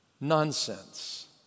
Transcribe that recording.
nonsense